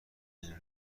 این